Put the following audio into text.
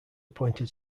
appointed